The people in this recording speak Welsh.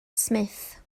smith